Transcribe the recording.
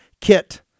kit